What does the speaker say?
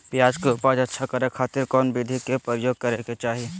प्याज के उपज अच्छा करे खातिर कौन विधि के प्रयोग करे के चाही?